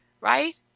Right